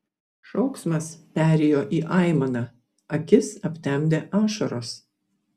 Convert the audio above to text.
šauksmas perėjo į aimaną akis aptemdė ašaros